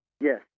Yes